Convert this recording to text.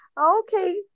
Okay